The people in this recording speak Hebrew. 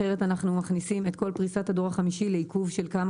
אחרת אנחנו מכניסים את כל פריסת הדור ה-5 לעיכוב של כמה